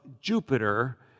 Jupiter